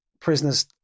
prisoners